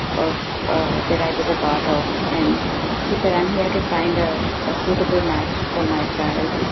of that i was a berkoff and she said, i'm here to find ah a suitable match for my child.